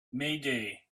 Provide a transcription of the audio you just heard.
mayday